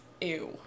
ew